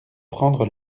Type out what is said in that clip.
prendre